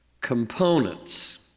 components